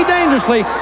Dangerously